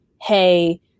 hey